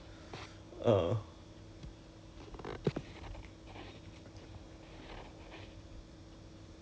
mm okay okay but then it's not extended to you guys yet right 那个 the voluntary separation